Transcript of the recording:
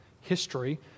history